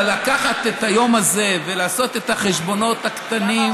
לקחת את היום הזה ולעשות את החשבונות הקטנים,